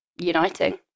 uniting